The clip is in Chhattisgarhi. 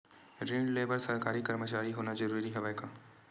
ऋण ले बर सरकारी कर्मचारी होना जरूरी हवय का?